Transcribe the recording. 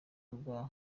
rwa